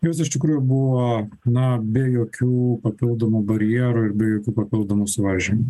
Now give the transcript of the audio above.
jūs iš tikrųjų buvo na be jokių papildomų barjerų ir be jokių papildomų suvaržymų